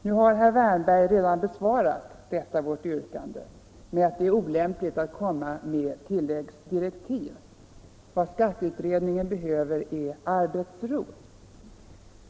Nu har herr Wärnberg redan besvarat detta vårt yrkande med att det är olämpligt att komma med tilläggsdirektiv — vad skatteutredningen behöver är arbetsro.